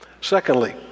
Secondly